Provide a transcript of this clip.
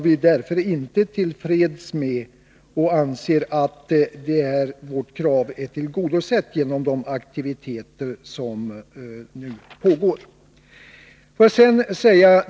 Vi är inte till freds och vi anser inte att vårt krav är tillgodosett genom de aktiviteter som nu pågår.